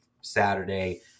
Saturday